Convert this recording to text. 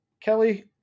Kelly